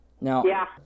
Now